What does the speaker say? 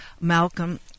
Malcolm